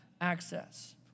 access